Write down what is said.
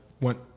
went